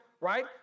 right